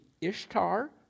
Ishtar